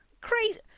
crazy